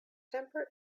temper